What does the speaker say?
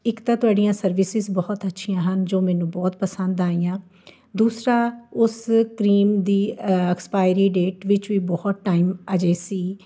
ਇੱਕ ਤਾਂ ਤੁਹਾਡੀਆਂ ਸਰਵਿਸਿਸ ਬਹੁਤ ਅੱਛੀਆਂ ਹਨ ਜੋ ਮੈਨੂੰ ਬਹੁਤ ਪਸੰਦ ਆਈਆਂ ਦੂਸਰਾ ਉਸ ਕਰੀਮ ਦੀ ਐਕਸਪਾਇਰੀ ਡੇਟ ਵਿੱਚ ਵੀ ਬਹੁਤ ਟਾਈਮ ਅਜੇ ਸੀ